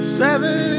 seven